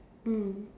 mm